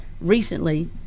recently